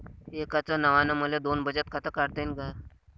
एकाच नावानं मले दोन बचत खातं काढता येईन का?